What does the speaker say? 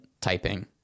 typing